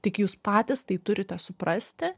tik jūs patys tai turite suprasti